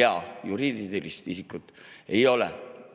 ja juriidilist isikut ei ole